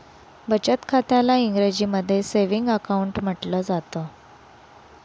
बचत खात्याला इंग्रजीमध्ये सेविंग अकाउंट म्हटलं जातं